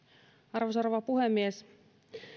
arvoisa rouva puhemies